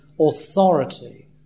authority